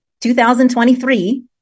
2023